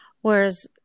whereas